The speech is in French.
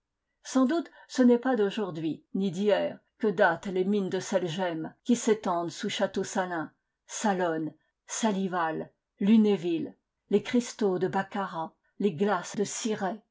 sans doute ce n'est pas d'aujourd'hui ni d'hier que datent les mines de sel gemme qui s'étendent sous château salins salonne salival lunéville les cristaux de baccarat les glaces de cirey